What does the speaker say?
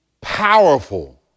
powerful